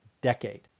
decade